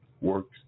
works